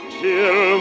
till